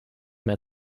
mehr